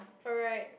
all right